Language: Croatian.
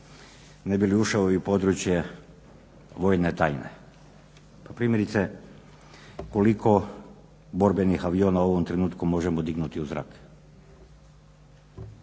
ne bi li ušao i u područje vojne tajne. Primjerice koliko borbenih aviona u ovom trenutku možemo dignuti u zrak?